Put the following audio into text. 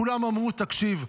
כולם אמרו: תקשיב,